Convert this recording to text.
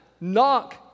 Knock